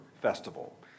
festival